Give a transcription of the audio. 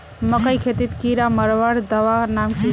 मकई खेतीत कीड़ा मारवार दवा नाम की?